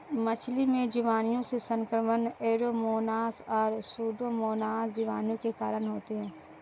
मछली में जीवाणुओं से संक्रमण ऐरोमोनास और सुडोमोनास जीवाणु के कारण होते हैं